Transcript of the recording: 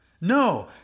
No